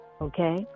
okay